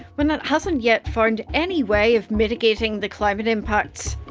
when it hasn't yet found any way of mitigating the climate impacts.